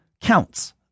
counts